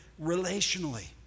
relationally